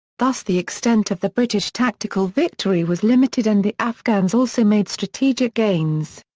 thus the extent of the british tactical victory was limited and the afghans also made strategic gains.